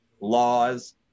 laws